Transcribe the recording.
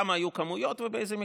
כמה היו ובאיזה מקרים.